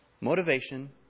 Motivation